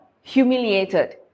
humiliated